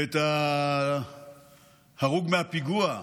ואת ההרוג מהפיגוע,